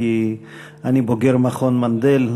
כי אני בוגר מכון מנדל.